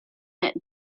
that